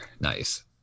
Nice